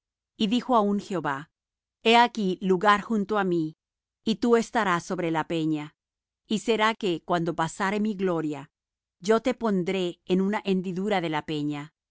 y dijo aún jehová he aquí lugar junto á mí y tú estarás sobre la peña y será que cuando pasare mi gloria yo te pondré en una hendidura de la peña